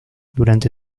durante